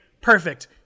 perfect